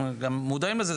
הם גם מודעים לזה,